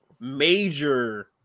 major